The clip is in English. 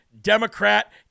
Democrat